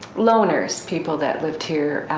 loners people that lived here,